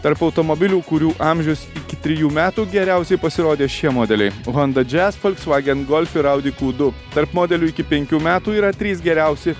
tarp automobilių kurių amžius iki trijų metų geriausiai pasirodė šie modeliai honda džiaz volkswagen golf ir audi ku du tarp modelių iki penkių metų yra trys geriausi